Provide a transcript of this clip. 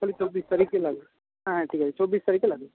তাহলে চব্বিশ তারিখে লাগবে হ্যাঁ ঠিক আছে চব্বিশ তারিখে লাগবে